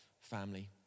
family